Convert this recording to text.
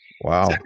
Wow